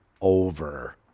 over